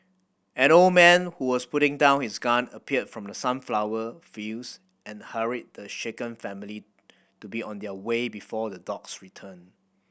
an old man who was putting down his gun appeared from the sunflower fields and hurried the shaken family to be on their way before the dogs return